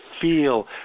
feel